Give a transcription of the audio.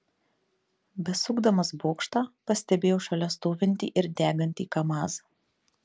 besukdamas bokštą pastebėjau šalia stovintį ir degantį kamaz